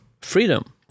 freedom